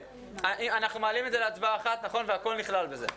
אנחנו מעלים את זה להצבעה אחת והכול נכלל בזה,